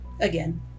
Again